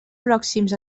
pròxims